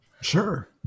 Sure